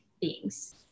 beings